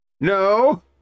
No